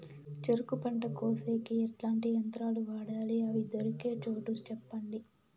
చెరుకు పంట కోసేకి ఎట్లాంటి యంత్రాలు వాడాలి? అవి దొరికే చోటు చెప్పండి?